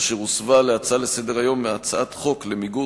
אשר הוסבה להצעה לסדר-היום מהצעת חוק למיגור